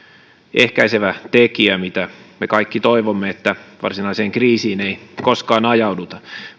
tekijä ja me kaikki toivomme että varsinaiseen kriisiin ei koskaan ajauduta